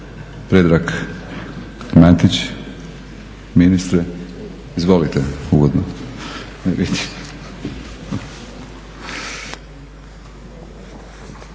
Predrag Matić. Ministre, izvolite uvodno.